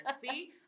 See